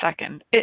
second